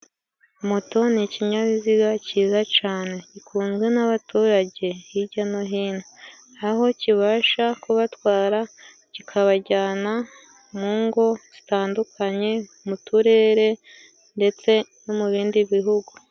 Moto ni ikinyabiziga cyiza cane, gikunzwe n'abaturage hirya no hino aho kibasha kubatwara kikabajyana mu ngo zitandukanye, mu turere ndetse no mu bindi bihugu.